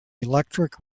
electric